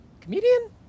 Comedian